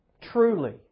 truly